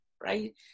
right